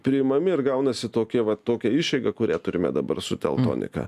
priimami ir gaunasi tokie va tokia išeiga kuria turime dabar su telnonika